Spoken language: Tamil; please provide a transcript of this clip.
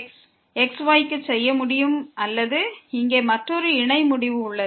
xக்கான முடிவை செய்ய முடியும் xy அல்லது இங்கே மற்றொரு இணை முடிவு உள்ளது